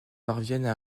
parviennent